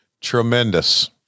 tremendous